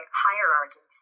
hierarchy